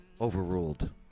overruled